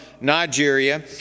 Nigeria